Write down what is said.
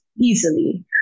easily